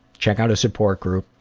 check out a support group.